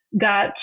got